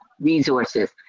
resources